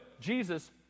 Jesus